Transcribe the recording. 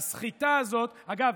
והסחיטה הזאת, אגב